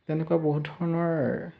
তেনেকুৱা বহুত ধৰণৰ